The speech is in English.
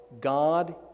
God